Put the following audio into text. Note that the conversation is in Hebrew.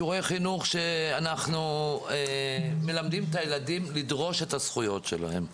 אנחנו מלמדים את הילדים לדרוש את הזכויות שלהם.